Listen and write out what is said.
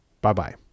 Bye-bye